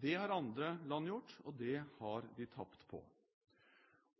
Det har andre land gjort, og det har de tapt på.